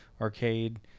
arcade